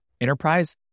enterprise